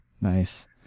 Nice